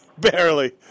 Barely